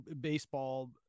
baseball